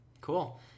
Cool